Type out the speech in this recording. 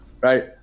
right